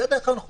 זו הדרך הנכונה.